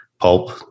pulp